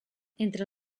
entre